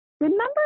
Remember